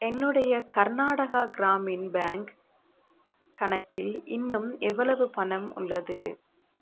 என்னுடைய கர்நாடகா கிராமின் பேங்க் கணக்கில் இன்னும் எவ்வளவு பணம் உள்ளது